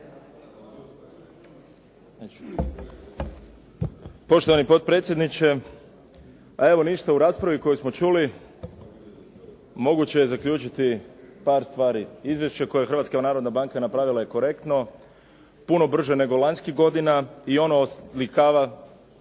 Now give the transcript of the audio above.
Poštovani potpredsjedniče. U raspravi koju smo čuli moguće je zaključiti par stvari. Izvješće koje je Hrvatska narodna banka napravila je korektno, puno brže nego lanjskih godina i ono oslikava